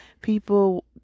people